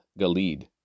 Galid